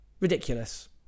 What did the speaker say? Ridiculous